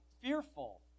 fearful